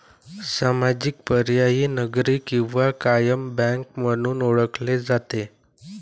सामाजिक, पर्यायी, नागरी किंवा कायम बँक म्हणून ओळखले जाते